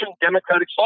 democratic